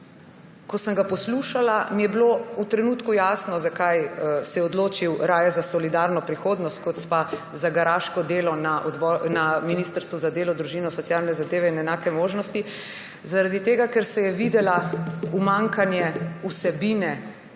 Ko sem ga poslušala, mi je bilo v trenutku jasno, zakaj se je odločil raje za solidarno prihodnost kot pa za garaško delo na ministrstvu za delo, družino, socialne zadeve in enake možnosti. Zaradi tega ker se je videlo umanjkanje vsebine,